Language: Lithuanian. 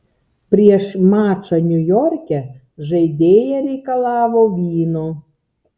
prieš mačą niujorke žaidėja reikalavo vyno